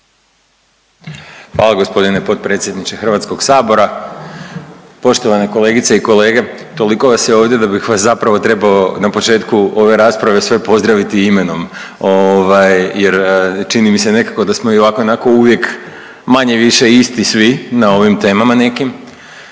Hvala gospodine potpredsjedniče Hrvatskog sabora, poštovane kolegice i kolege. Toliko vas je ovdje da bih vas zapravo trebao na početku ove rasprave sve pozdraviti imenom, jer čini mi se nekako da smo i ovako i onako uvijek manje-više isti svi na ovim temama nekim,